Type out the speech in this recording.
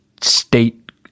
state